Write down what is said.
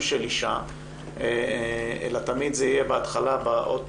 של אישה אלא זה תמיד יהיה בהתחלה באות